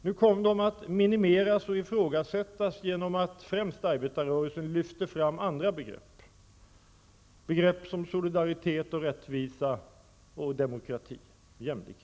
Nu kom de att minimeras och ifrågasättas genom att främst arbetarrörelsen lyfte fram andra begrepp, begrepp som solidaritet och rättvisa, demokrati och jämlikhet.